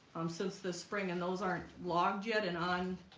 um since this spring and those aren't logged yet and on